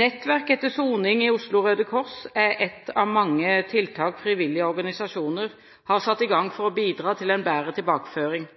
Nettverk etter soning i Oslo Røde Kors er et av mange tiltak frivillige organisasjoner har satt i gang for å bidra til en bedre tilbakeføring.